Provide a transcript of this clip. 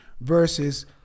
versus